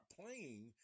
playing